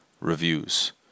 reviews